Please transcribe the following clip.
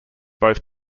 both